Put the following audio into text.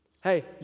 Hey